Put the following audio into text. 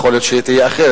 ויכול להיות שהיא תהיה אחרת.